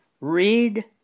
Read